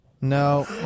No